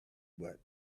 but